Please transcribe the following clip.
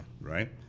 right